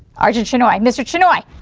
argent chinoy, mr. chinoy